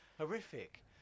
horrific